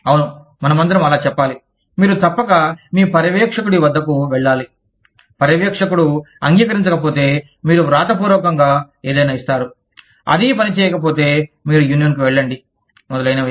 అవును మనమందరం అలా చెప్పాలి మీరు తప్పక మీ పర్యవేక్షకుడి వద్దకు వెళ్లాలి పర్యవేక్షకుడు అంగీకరించకపోతే మీరు వ్రాతపూర్వకంగా ఏదైనా ఇస్తారు అదీ పని చేయకపోతే మీరు యూనియన్కు వెళ్లండి మొదలైనవి